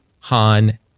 Han